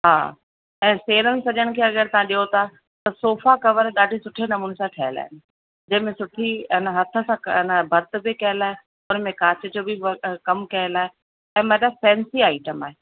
हा ऐं सेणनि सॼण खे अगरि तव्हां ॾियो था त सोफ़ा कवर ॾाढे सुठे नमूने सां ठहियल आहे जंहिं में सुठी अन हथ सां भर्त बि कयल आहे हुन में कांच जो बि वर कमु कयल आहे ऐं मतलबु फ़ेन्सी आइटम आहे